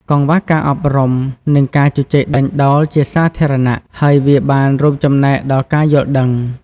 កង្វះការអប់រំ និងការជជែកដេញដោលជាសាធារណៈ ហើយវាបានរួមចំណែកដល់ការយល់ដឹង។